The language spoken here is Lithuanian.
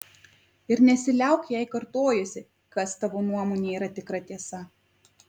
ir nesiliauk jai kartojusi kas tavo nuomone yra tikra tiesa